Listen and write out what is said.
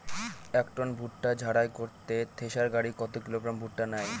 এক টন ভুট্টা ঝাড়াই করতে থেসার গাড়ী কত কিলোগ্রাম ভুট্টা নেয়?